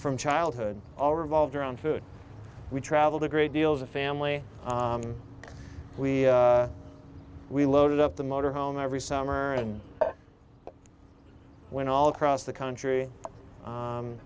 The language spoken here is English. from childhood all revolved around food we traveled a great deal as a family we we loaded up the motor home every summer and went all across the country